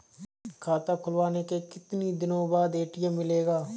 खाता खुलवाने के कितनी दिनो बाद ए.टी.एम मिलेगा?